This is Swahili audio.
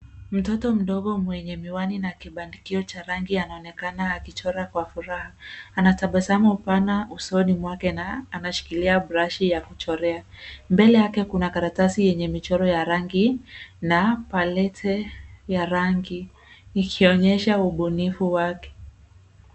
Mtoto mdogo mwenye miwani ni kibandikio cha rangi anaonakena akichora kwa furaha anatabasamu pana usoni mwake na anashikilia brushi ya kuchorea mbela yake kuna karatasi yenye michoro ya rangi na palete ya rangi ikionyesha ubunifu wake.